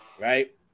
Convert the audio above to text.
right